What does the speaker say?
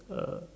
uh